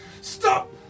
stop